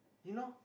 you know